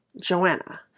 Joanna